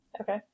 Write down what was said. Okay